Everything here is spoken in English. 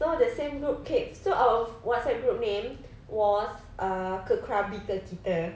so the same group so our WhatsApp group name was uh ke krabi ke kita